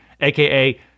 aka